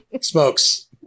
Smokes